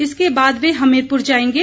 इसके बाद वे हमीरपुर जाएंगे